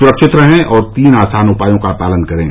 सुरक्षित रहें और तीन आसान उपायों का पालन करें